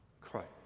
Christ